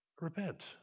repent